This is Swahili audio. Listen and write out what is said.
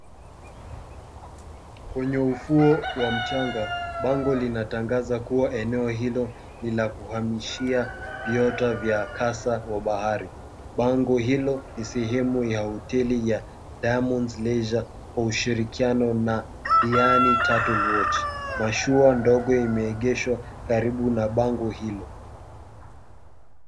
Kwenye ufuo wa mchanga, bango linatangaza kuwa eneo hilo ni la kuhamishia viota vya kasa wa bahari. Bango hilo ni sehemu ya hoteli ya Diamonds Leisure kwa ushirikiano na Diani Turtle Watch. Mashua ndogo imeegeshwa karibu na bango hilo.